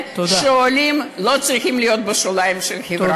שהעולים לא צריכים להיות בשוליים של החברה.